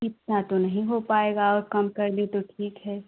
इतना तो नहीं हो पाएगा और कम कर दें तो ठीक है